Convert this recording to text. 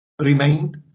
remained